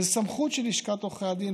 זה סמכות של לשכת עורכי הדין,